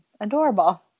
Adorable